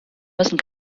müssen